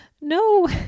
no